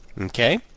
Okay